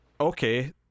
okay